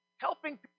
Helping